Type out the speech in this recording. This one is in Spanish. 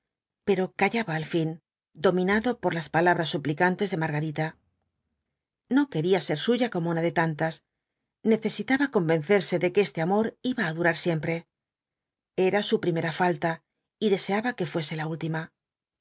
pero callaba al fin dominado por las palabras suplicantes de margarita no quería ser suya como una de tantas necesitaba convencerse de que este amor iba á durar siempre era su primera falta y deseaba que fuese la última